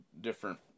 different